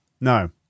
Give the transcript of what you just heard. No